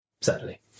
Sadly